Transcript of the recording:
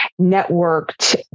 networked